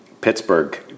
Pittsburgh